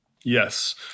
Yes